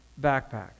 backpacks